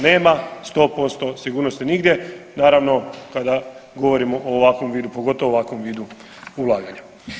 Nema 100% sigurnosti nigdje, naravno kada govorimo o ovakvom vidu, pogotovo o ovakvom vidu ulaganja.